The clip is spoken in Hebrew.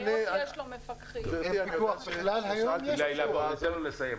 היום שיש לו מפקחים --- ניתן לו לסיים.